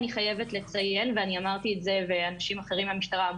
אני חייבת לציין וזה נאמר על ידיי ועל ידי אנשים אחרים מהמשטרה,